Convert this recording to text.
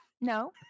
No